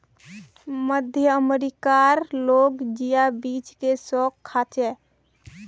मध्य अमेरिका कार लोग जिया बीज के शौक से खार्चे